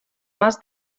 mas